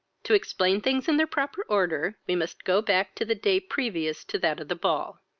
to explain things in their proper order, we must go back to the day previous to that of the ball.